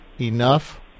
enough